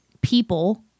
people